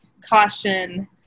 caution